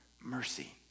mercy